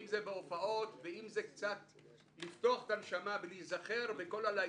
בהופעות, ולפתוח את הנשמה ולהיזכר בכל הלהיטים,